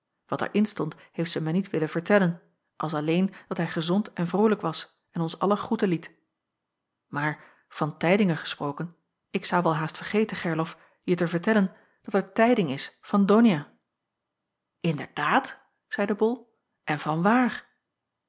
wat er in stond heeft zij mij niet willen vertellen als alleen dat hij gezond en vrolijk was en ons allen groeten liet maar van tijdingen gesproken ik zou wel haast vergeten gerlof je te vertellen dat er tijding is van donia inderdaad zeide bol en vanwaar